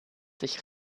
sich